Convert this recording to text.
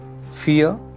fear